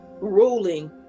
ruling